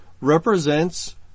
represents